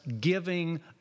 giving